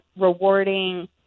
rewarding